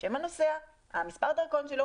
שרשום בה שם הנוסע ומספר הדרכון שלו.